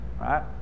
right